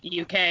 UK